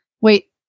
wait